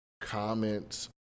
comments